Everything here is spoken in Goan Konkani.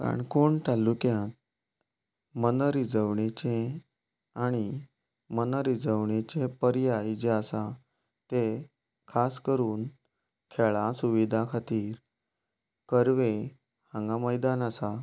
काणकोण तालुक्यांत मनरिजवणेचें आनी मनरिजवणेचे पर्याय जे आसात तें खास करून खेळा सुविधां खातीर करवें हांगा मैदान आसा